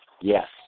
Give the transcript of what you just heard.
Yes